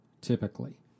typically